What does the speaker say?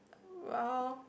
oh well